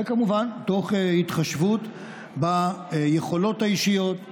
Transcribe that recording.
וכמובן תוך התחשבות ביכולות האישיות,